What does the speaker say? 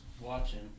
watching